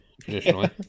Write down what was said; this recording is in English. Traditionally